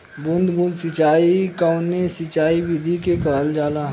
बूंद बूंद सिंचाई कवने सिंचाई विधि के कहल जाला?